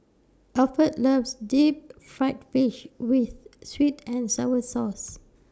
Alford loves Deep Fried Fish with Sweet and Sour Sauce